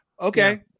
Okay